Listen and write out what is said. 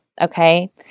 Okay